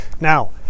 Now